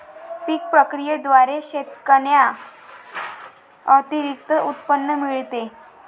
पीक प्रक्रियेद्वारे शेतकऱ्यांना अतिरिक्त उत्पन्न मिळते